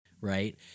Right